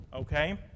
okay